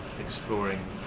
exploring